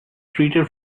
treated